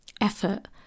effort